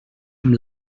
amb